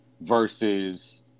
versus